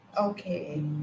okay